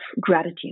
gratitude